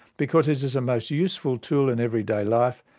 because it is a most useful tool in everyday life,